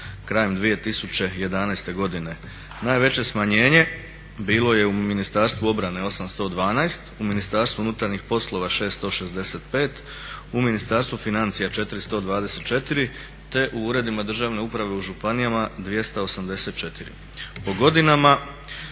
krajem 2011.godine. Najveće smanjenje bilo je u Ministarstvu obrane 812, u MUP-u 665, u Ministarstvu financija 424, te u uredima državne uprave u županijama 284.